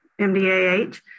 MDAH